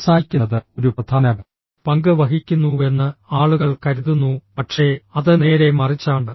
സംസാരിക്കുന്നത് ഒരു പ്രധാന പങ്ക് വഹിക്കുന്നുവെന്ന് ആളുകൾ കരുതുന്നു പക്ഷേ അത് നേരെ മറിച്ചാണ്